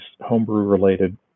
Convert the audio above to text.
homebrew-related